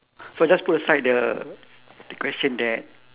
so I just put aside the the question that